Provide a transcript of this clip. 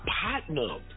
partner